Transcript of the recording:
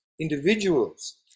individuals